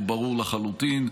הוא ברור לחלוטין.